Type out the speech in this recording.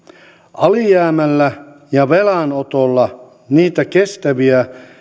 alijäämällä ja velanotolla niitä kestäviä